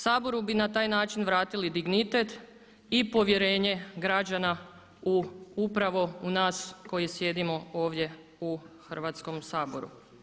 Saboru bi na taj način vratili dignitet i povjerenje građana u upravo u nas koji sjedimo ovdje u Hrvatskom saboru.